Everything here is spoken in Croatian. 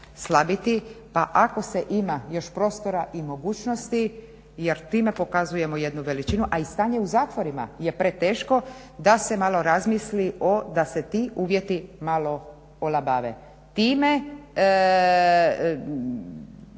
slabiti pa ako se ima još prostora i mogućnosti jer time pokazujemo jednu veličinu, a i stanje u zatvorima je preteško da se malo razmisli da se ti uvjeti malo olabave. Time